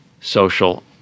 social